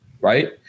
Right